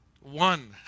one